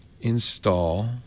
install